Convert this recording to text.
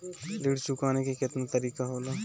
ऋण चुकाने के केतना तरीका होला?